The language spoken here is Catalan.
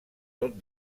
tot